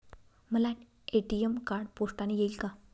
मला ATM card पोस्टाने येईल का?